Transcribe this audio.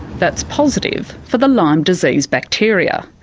that's positive for the lyme disease bacteria.